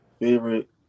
Favorite